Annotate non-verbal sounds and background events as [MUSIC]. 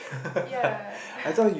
ya [BREATH]